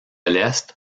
l’est